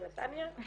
בנתניה,